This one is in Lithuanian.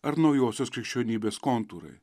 ar naujosios krikščionybės kontūrai